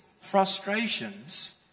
frustrations